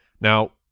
Now